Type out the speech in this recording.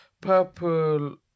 Purple